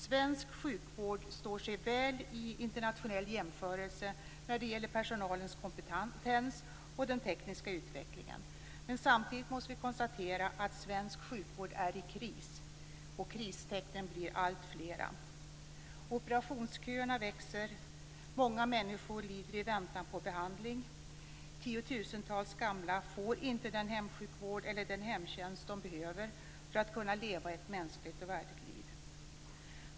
Svensk sjukvård står sig väl i internationell jämförelse när det gäller personalens kompetens och den tekniska utvecklingen. Men samtidigt måste vi konstatera att svensk sjukvård är i kris. Kristecknen blir allt flera. Operationsköerna växer. Många människor lider i väntan på behandling. Tiotusentals gamla får inte den hemsjukvård eller den hemtjänst de behöver för att kunna leva ett mänskligt och värdigt liv.